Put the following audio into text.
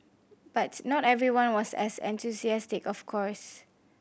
but not everyone was as enthusiastic of course